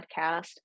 podcast